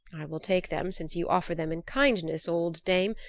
i will take them since you offer them in kindness, old dame,